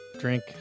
drink